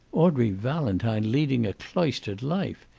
audrey valentine leading a cloistered life!